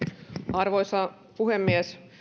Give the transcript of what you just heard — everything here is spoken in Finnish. arvoisa puhemies